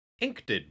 inked